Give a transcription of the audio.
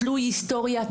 תלוי היסטוריה,